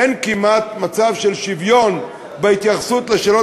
אין כמעט מצב של שוויון בהתייחסות לשאלות